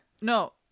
No